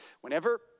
Whenever